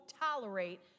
tolerate